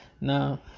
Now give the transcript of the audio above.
Now